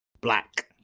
Black